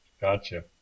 Gotcha